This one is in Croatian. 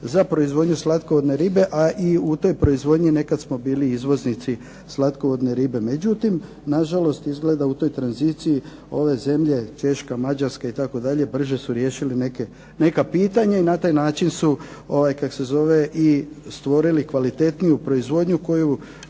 za proizvodnju slatkovodne ribe, a i u toj proizvodnji nekad smo bili izvoznici slatkovodne ribe. Međutim, nažalost izgleda u toj tranziciji ove zemlje Češka, Mađarska itd., brže su riješili neka pitanja i na taj način su i stvorili kvalitetniju proizvodnju koju